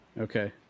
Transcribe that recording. okay